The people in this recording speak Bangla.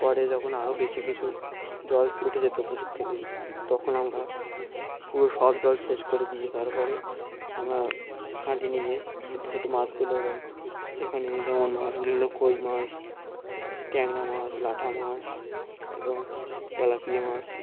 পরে যখন আরও বেশি কিছু জল উঠে যেতো পুকুর থেকে তখন আমরা পুরো সব জল শেষ করে দিয়ে তারপরে আমরা হাঁটি নিয়ে ছোটো ছোটো মাছগুলো এবং এখানে যেমন মছগুলি হলো কই মাছ ট্যাংড়া মাছ লাটা মাছ এবং তেলাপিয়া মাছ